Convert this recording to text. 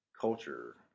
culture